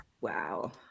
Wow